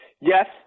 Yes